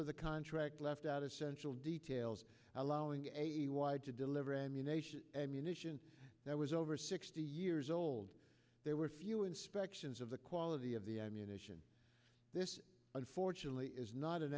of the contract left out essential details allowing a wide to deliver ammunition ammunition that was over sixty years old there were few inspections of the quality of the ammunition this unfortunately is not an